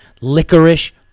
Licorice